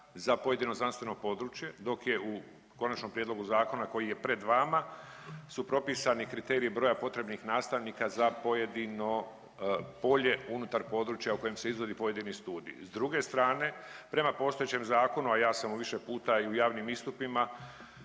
za pojedino znanstveno područje, dok je u konačnom prijedlogu zakona koji je pred vama su propisani kriteriji broja potrebnih nastavnika za pojedino polje unutar područja u kojem se izvodi pojedini studij. S druge strane prema postojećem zakonu, a ja sam više puta i u javnim istupima